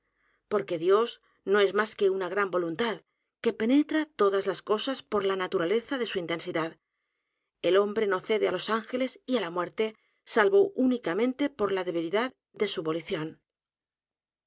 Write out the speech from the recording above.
porque dios no es más que una gran voluntad que penetra todas las cosas por la naturaleza de su intensidad el hombre no cede á los ángeles y á la muerte salvo únicamente por la debilidad de su volición